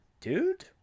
dude